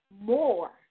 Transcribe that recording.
More